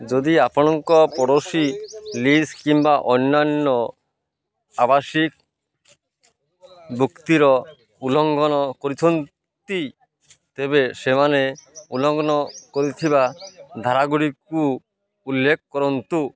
ଯଦି ଆପଣଙ୍କ ପଡ଼ୋଶୀ ଲିଜ୍ କିମ୍ବା ଅନ୍ୟାନ୍ୟ ଆବାସିକ ଚୁକ୍ତିର ଉଲ୍ଲଙ୍ଘନ କରୁଛନ୍ତି ତେବେ ସେମାନେ ଉଲ୍ଲଙ୍ଘନ କରୁଥିବା ଧାରଗୁଡ଼ିକୁ ଉଲ୍ଲେଖ କରନ୍ତୁ